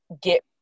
get